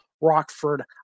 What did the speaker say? Rockford